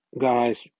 guys